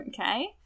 Okay